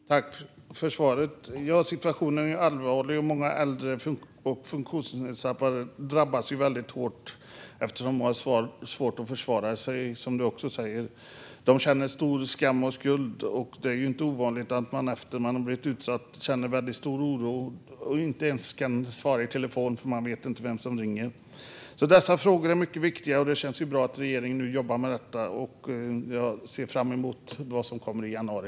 Fru talman! Jag tackar för svaret. Ja, situationen är allvarlig. Många äldre och funktionsnedsatta drabbas väldigt hårt eftersom de har svårt att försvara sig, som Erik Slottner också säger. Man känner stor skam och skuld. Det är inte ovanligt att man efter att ha blivit utsatt känner väldigt stor oro och inte ens kan svara i telefon, för man vet inte vem som ringer. Dessa frågor är mycket viktiga, och det känns bra att regeringen nu jobbar med dessa. Jag ser fram emot vad som kommer i januari.